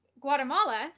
Guatemala